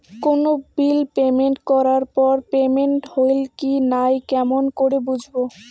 কোনো bill payment করার পর পেমেন্ট হইল কি নাই কেমন করি বুঝবো?